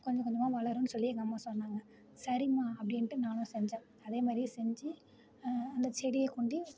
கொஞ்சம் கொஞ்சமாக வளரும் சொல்லி எங்கள் அம்மா சொன்னாங்கள் சரிம்மா அப்படின்ட்டு நானும் செஞ்சேன் அதேமாதிரியே செஞ்சு அந்த செடியை கொண்டு